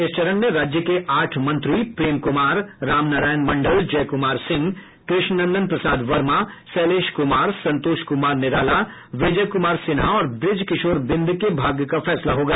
इस चरण में राज्य के आठ मंत्री प्रेम कुमार रामनारायण मण्डल जयकुमार सिंह कृष्ण नंदन प्रसाद वर्मा शैलेश कुमार संतोष कुमार निराला विजय कुमार सिन्हा और ब्रज किशोर बिंद के भाग्य का फैसला होगा